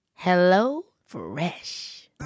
HelloFresh